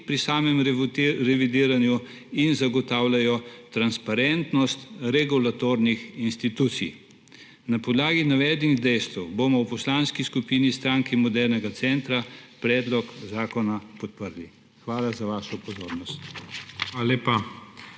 pri samem revidiranju in zagotavljajo transparentnost regulatornih institucij. Na podlagi navedenih dejstev bomo v Poslanski skupini Stranke modernega centra predlog zakona podprli. Hvala za vašo pozornost. PREDSEDNIK